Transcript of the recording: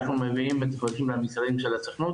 אנחנו מביאים ..מהמשרדים של הסוכנות,